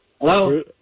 Hello